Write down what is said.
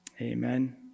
Amen